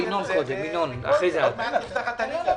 עוד מעט נפתחת הליגה.